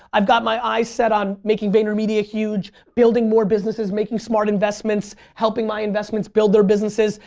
i've got my eyes set on making vaynermedia huge, building more businesses, making smart investments, helping my investments build their businesses.